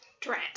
Dread